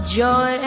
joy